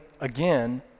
again